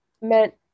meant